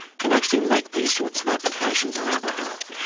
can actually make these sorts of applications on our behalf.